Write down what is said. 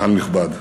קהל נכבד,